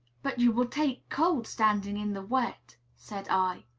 but you will take cold standing in the wet, said i.